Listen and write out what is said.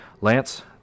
Lance